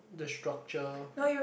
the structure